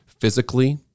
physically